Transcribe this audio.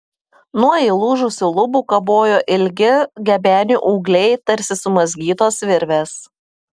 nuo įlūžusių lubų kabojo ilgi gebenių ūgliai tarsi sumazgytos virvės